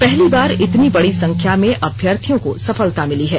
पहली बार इतनी बड़ी संख्या में अभ्यर्थियों को सफलता मिली है